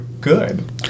good